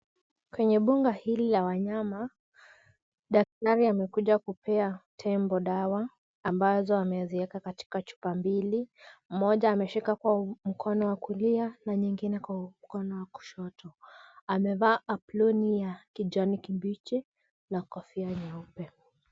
Kwenye mbuga hili la wanyama, daktari amekuja kupea tembo dawa ambazo ameziweka katika chupa mbili moja ameshika kwa mkono wa kulia na nyingine kwa mkono wa kushoto. Amevaa aproni ya kijani kibichi na kofia nyeupe.